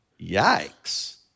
Yikes